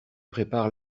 prépare